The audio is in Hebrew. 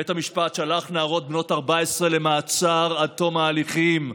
בית המשפט שלח נערות בנות 14 למעצר עד תום ההליכים.